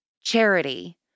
charity